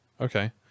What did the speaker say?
Okay